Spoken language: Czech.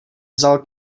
vzal